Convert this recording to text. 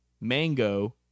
Mango